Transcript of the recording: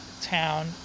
town